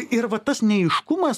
ir va tas neaiškumas